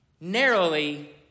narrowly